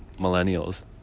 millennials